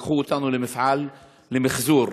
לקחו אותנו למפעל למחזור.